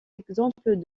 exemples